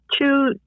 Two